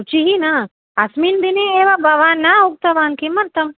रुचिः न अस्मिन् दिने एव भवान् न उक्तवान् किमर्थम्